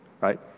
right